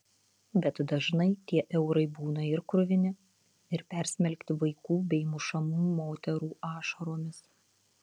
bet dažnai tie eurai būna ir kruvini ir persmelkti vaikų bei mušamų moterų ašaromis